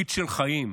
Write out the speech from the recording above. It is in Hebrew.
ברית של חיים.